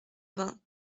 vingt